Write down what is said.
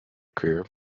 career